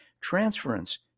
transference